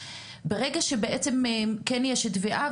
ברגע שבעצם כן יש תביעה,